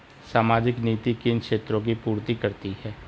सामाजिक नीति किन क्षेत्रों की पूर्ति करती है?